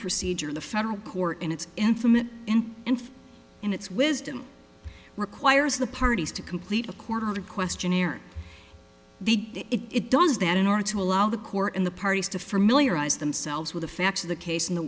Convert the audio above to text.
procedure the federal court in its infinite and in its wisdom requires the parties to complete a quarter of the questionnaire it does that in order to allow the court in the parties to familiarize themselves with the facts of the case and the